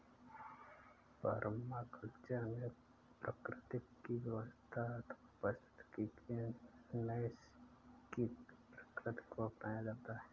permaculture में प्रकृति की व्यवस्था अथवा पारिस्थितिकी की नैसर्गिक प्रकृति को अपनाया जाता है